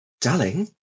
darling